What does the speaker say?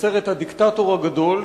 לסרט "הדיקטטור הגדול",